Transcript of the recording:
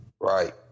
Right